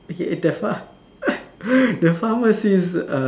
the phar the pharmacy's